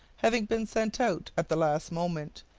having been sent out at the last moment,